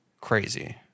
crazy